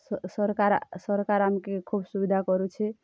ସରକାର୍ ସରକାର୍ ଆମ୍କେ ଖୋବ୍ ସୁବିଧା କରୁଛେ